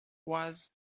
was